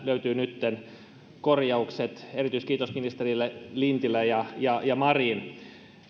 löytyy nytten korjaukset erityiskiitos ministereille lintilä ja ja marin